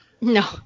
No